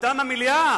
זכותם המלאה